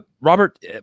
Robert